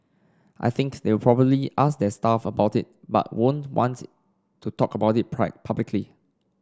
I think they'll probably ask their staff about it but won't want to talk about it publicly